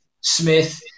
Smith